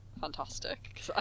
fantastic